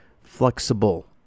flexible